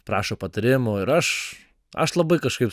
prašo patarimų ir aš aš labai kažkaip